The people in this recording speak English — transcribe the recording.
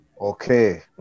okay